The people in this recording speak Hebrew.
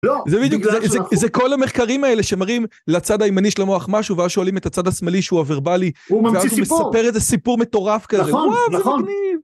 זה בדיוק, זה כל המחקרים האלה שמראים לצד הימני של המוח משהו, ואז שואלים את הצד השמאלי שהוא הוורבלי... הוא ממציא סיפור... ואז הוא מספר איזה סיפור מטורף כאלה. נכון, נכון.